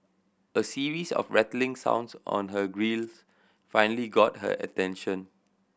a series of rattling sounds on her grilles finally got her attention